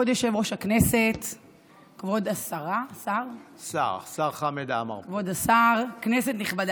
החוק מדבר על הצורך בהסכמה של נפגע